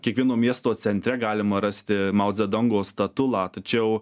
kiekvieno miesto centre galima rasti mao dzedongo statulą tačiau